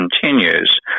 continues